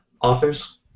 authors